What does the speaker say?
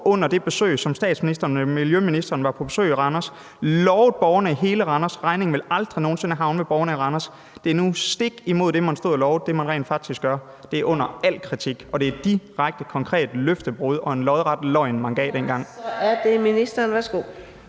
den her regning. Da statsministeren og miljøministeren var på besøg i Randers, lovede man borgerne i hele Randers, at regningen aldrig nogen sinde ville havne ved borgerne i Randers. Det, man rent faktisk gør, er nu stik imod det, man stod og lovede. Det er under al kritik, og det er direkte konkret løftebrud og en lodret løgn, man gav dengang. Kl. 14:07 Fjerde